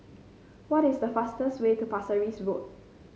what is the fastest way to Pasir Ris Road